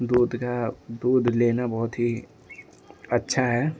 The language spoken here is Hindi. दूध का दूध लेना बहुत ही अच्छा है